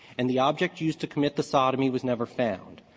and the object used to commit the sodomy was never found.